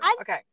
Okay